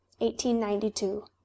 1892